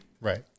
right